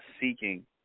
seeking